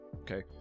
okay